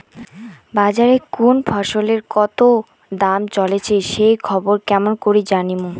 বাজারে কুন ফসলের কতো দাম চলেসে সেই খবর কেমন করি জানীমু?